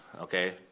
okay